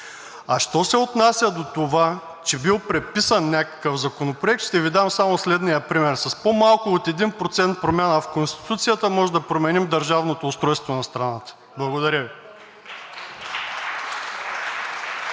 Що се отнася до това, че бил преписан някакъв законопроект, ще Ви дам само следния пример – с по-малко от 1% промяна в Конституцията може да променим държавното устройство на страната. Благодаря Ви.